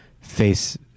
face